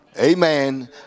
Amen